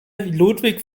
ludwig